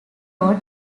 road